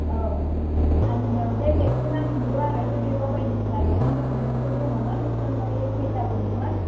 औ आंनो बे बेगखौ नांफिनगौ आरो बे बेगाव बायदिसिना दंमोन डकुमेन्टसफोर दङमोन एखदमबारे फैसाबो दंमोन